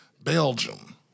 Belgium